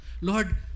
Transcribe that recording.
Lord